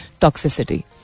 toxicity